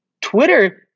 Twitter